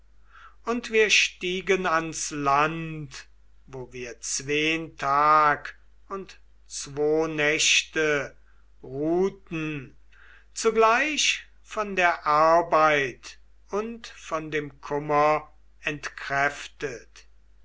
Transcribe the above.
und wir stiegen ans land wo wir zween tag und zwo nächte ruhten zugleich von der arbeit und von dem kummer entkräftet